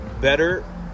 better